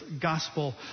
gospel